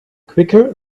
quicker